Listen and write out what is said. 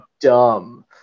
dumb